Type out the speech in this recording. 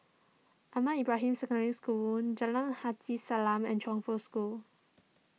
Ahmad Ibrahim Secondary School Jalan Haji Salam and Chongfu School